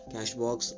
Cashbox